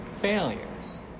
failure